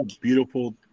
beautiful